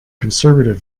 conservative